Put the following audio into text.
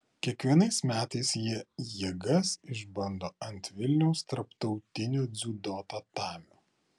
kiekvienais metais jie jėgas išbando ant vilniaus tarptautinio dziudo tatamio